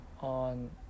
on